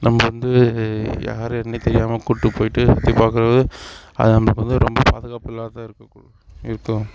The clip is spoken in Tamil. நம்ம வந்து யார் என்னன்னே தெரியாமல் கூட்டு போய்ட்டு சுற்றி பார்க்கறது அது நம்மளுக்கு வந்து ரொம்ப பாதுகாப்பு இல்லாததாக இருக்கக்கூடும் இருக்கும்